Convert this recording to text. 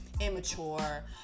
immature